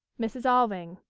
mrs. alving.